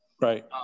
Right